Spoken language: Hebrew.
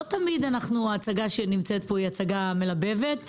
לא תמיד ההצגה שנמצאת פה היא הצגה מלבבת.